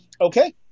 Okay